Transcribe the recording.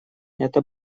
это